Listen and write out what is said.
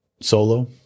solo